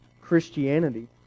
Christianity